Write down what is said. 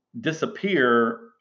disappear